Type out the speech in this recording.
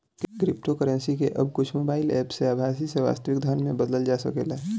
cryptocurrency के अब कुछ मोबाईल एप्प से आभासी से वास्तविक धन में बदलल जा सकेला